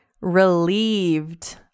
relieved